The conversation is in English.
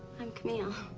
i'm camille.